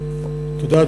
תודה.